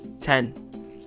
Ten